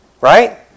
right